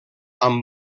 amb